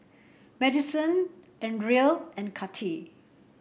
Maddison Andrae and Kathi